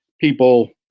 people